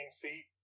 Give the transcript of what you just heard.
feet